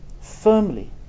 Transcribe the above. firmly